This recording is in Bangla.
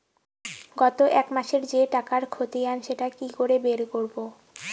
গত এক মাসের যে টাকার খতিয়ান সেটা কি করে বের করব?